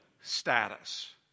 status